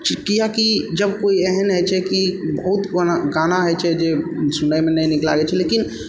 चूँकि कियाकि जब कोइ एहन हइ छै कि बहुत गाना हइ छै जे सुनैमे नहि नीक लागै छै लेकिन